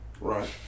right